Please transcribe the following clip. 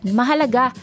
mahalaga